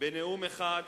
בנאום אחד